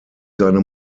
seine